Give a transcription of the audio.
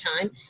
time